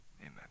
Amen